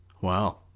Wow